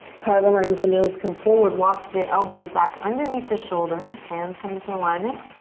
par um in line with the nose, come forward. walk the elbows back underneath the shoulders. hands come into alignment.